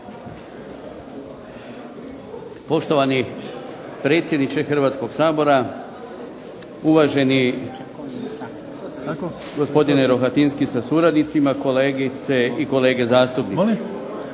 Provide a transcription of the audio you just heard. Poštovani predsjedniče Hrvatskog sabora, uvaženi gospodine Rohatinski sa suradnicima, kolegice i kolege zastupnici.